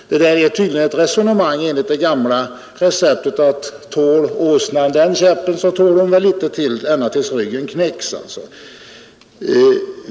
Det där är tydligen ett resonemang enligt det gamla receptet att tål åsnan den käppen så tål hon väl litet till, ända till dess ryggen knäckts.